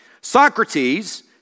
Socrates